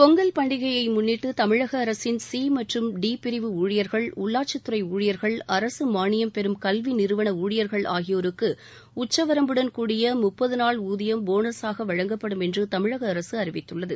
பொங்கல் பண்டிகையை முன்னிட்டு தமிழக அரசில் சி மற்றும் டி பிரிவு ஊழியர்கள் உள்ளாட்சித்துறை ஊழியர்கள் அரசு மானியம் பெறும் கல்வி நிறுவன ஊழியர்கள் ஆகியோருக்கு உச்சவரம்புடன் கூடிய முப்பது நாள் ஊதியம் போனஸாக வழங்கப்படும் என்று தமிழக அரசு அறிவித்துள்ளது